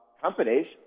companies